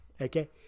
Okay